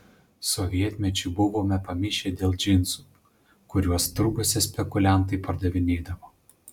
sovietmečiu buvome pamišę dėl džinsų kuriuos turguose spekuliantai pardavinėdavo